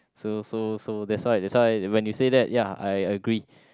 so so so that's why that's why when you say that ya I I agree